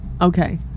Okay